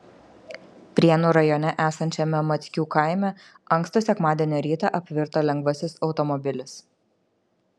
prienų rajone esančiame mackių kaime ankstų sekmadienio rytą apvirto lengvasis automobilis